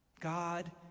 God